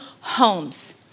homes